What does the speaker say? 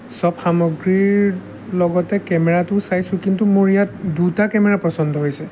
চব সামগ্ৰীৰ লগতে কেমেৰাটো চাইছোঁ কিন্তু মোৰ ইয়াত দুটা কেমেৰা পচন্দ হৈছে